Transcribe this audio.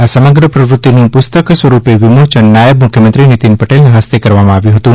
આ સમગ્ર પ્રવૃત્તિનું પુસ્તક સ્વરૂપે વિમોચન નાયબ મુખ્યમંત્રી શ્રી નીતિન પટેલના હસ્તે કરવામાં આવ્યું હતું